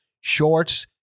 Shorts